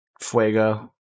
Fuego